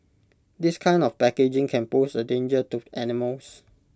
this kind of packaging can pose A danger to animals